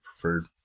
preferred